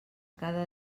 cada